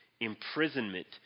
imprisonment